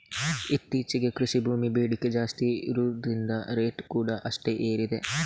ಇತ್ತೀಚೆಗೆ ಕೃಷಿ ಭೂಮಿ ಬೇಡಿಕೆ ಜಾಸ್ತಿ ಇರುದ್ರಿಂದ ರೇಟ್ ಕೂಡಾ ಅಷ್ಟೇ ಏರಿದೆ